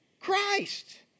Christ